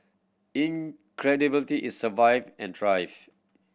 it survived and thrive